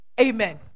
Amen